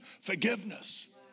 forgiveness